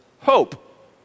hope